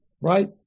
right